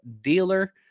dealer